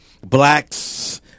blacks